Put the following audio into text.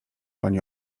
pani